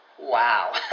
Wow